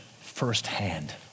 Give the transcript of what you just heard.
firsthand